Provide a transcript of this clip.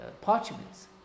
parchments